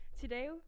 Today